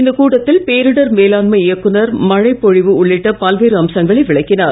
இந்த கூட்டத்தில் பேரிடர் மேலாண்மை இய்க்குநர் மழை பொழிவு உள்ளிட்ட பல்வேறு அம்சங்களை விளக்கினார்